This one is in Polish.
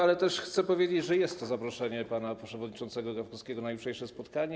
Ale też chcę powiedzieć, że jest to zaproszenie pana przewodniczącego Gawkowskiego na jutrzejsze spotkanie.